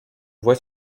voie